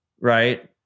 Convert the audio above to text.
right